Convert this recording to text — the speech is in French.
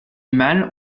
mâles